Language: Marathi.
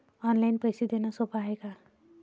ऑनलाईन पैसे देण सोप हाय का?